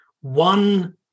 One